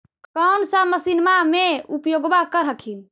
कौन सा मसिन्मा मे उपयोग्बा कर हखिन?